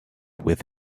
with